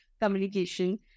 communication